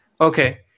Okay